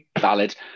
valid